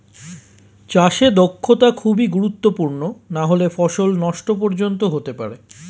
চাষে দক্ষতা খুবই গুরুত্বপূর্ণ নাহলে ফসল নষ্ট পর্যন্ত হতে পারে